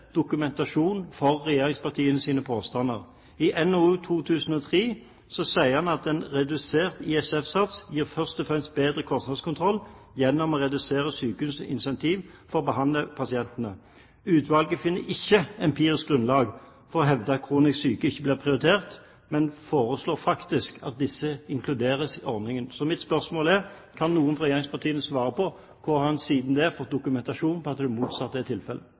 dokumentasjon for regjeringspartienes påstander. I NOU 2003:1 sier en at en redusert ISF-sats først og fremst gir bedre kostnadskontroll gjennom å redusere sykehusets incentiv for å behandle pasientene. Utvalget finner ikke empirisk grunnlag for å hevde at kronisk syke ikke blir prioritert, men foreslår faktisk at disse inkluderes i ordningen. Mitt spørsmål er: Kan noen fra regjeringspartiene svare på hvordan det er, siden det finnes dokumentasjon på at det motsatte er tilfellet?